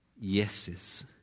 yeses